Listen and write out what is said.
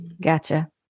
Gotcha